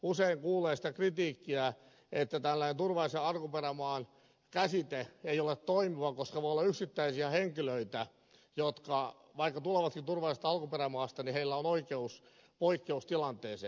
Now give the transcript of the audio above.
usein kuulee sitä kritiikkiä että tällainen turvallisen alkuperämaan käsite ei ole toimiva koska voi olla yksittäisiä henkilöitä joilla vaikka he tulevatkin turvallisesta alkuperämaasta on oikeus poikkeustilanteeseen